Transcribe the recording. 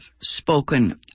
spoken